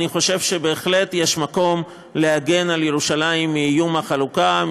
אני חושב שבהחלט יש מקום להגן על ירושלים מאיום החלוקה,